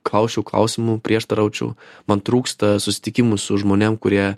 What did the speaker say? ką šiuo klausimų prieštaraučiau man trūksta susitikimų su žmonėm kurie